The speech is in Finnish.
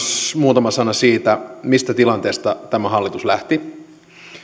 muutama sana siitä mistä tilanteesta tämä hallitus lähti ja